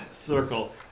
Circle